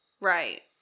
Right